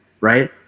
right